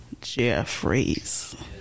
Jeffries